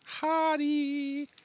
Hottie